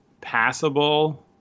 passable